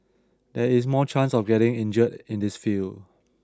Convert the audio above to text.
there is more chance of getting injured in this field